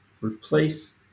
replace